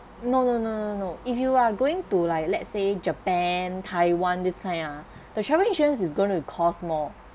no no no no if you are going to like let say japan taiwan this kind ah the travel insurance is going to cost more